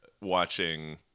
watching